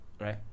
right